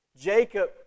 Jacob